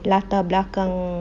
latar belakang